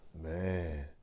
Man